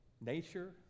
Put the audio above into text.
nature